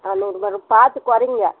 ஆ நூறுபேர் பார்த்து குறைங்க